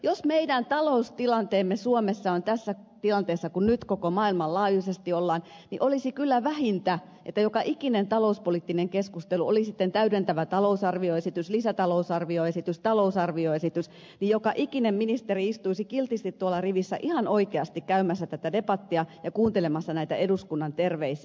jos meidän taloustilanteemme suomessa on tällainen kuin nyt maailmanlaajuisesti asian laita on niin olisi kyllä vähintä että joka ikisessä talouspoliittisessa keskustelussa oli se sitten täydentävä talousarvioesitys lisätalousarvioesitys tai talousarvioesitys joka ikinen ministeri istuisi kiltisti tuolla rivissä ihan oikeasti käymässä tätä debattia ja kuuntelemassa näitä eduskunnan terveisiä